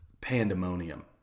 pandemonium